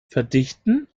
verdichten